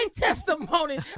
testimony